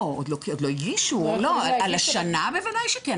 על השנה בוודאי שכן.